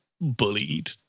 bullied